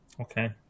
Okay